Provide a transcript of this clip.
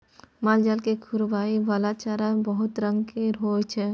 मालजाल केँ खुआबइ बला चारा बहुत रंग केर होइ छै